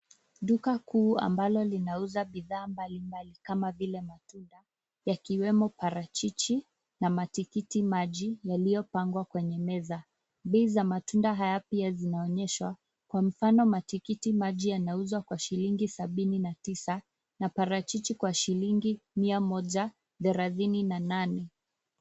Duka kuu ambalo linauza bidhaa mbalimbali kama vile matunda, yakiwemo parachichi na matikiti maji yaliyopangwa kwenye meza. Bei za matunda haya pia zinaonyeshwa. Kwa mfano matikiti maji yanauzwa kwa shilingi sabini na tisa, na parachichi kwa shilingi mia moja, thelathini na nane.